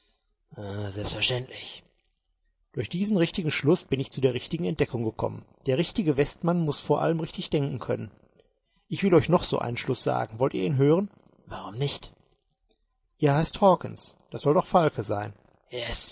selbstverständlich durch diesen richtigen schluß bin ich zu der richtigen entdeckung gekommen der richtige westmann muß vor allem richtig denken können ich will euch noch so einen schluß sagen wollt ihr ihn hören warum nicht ihr heißt hawkens das soll doch falke sein